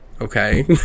okay